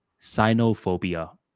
Sinophobia